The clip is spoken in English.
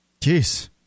Jeez